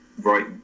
right